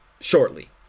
shortly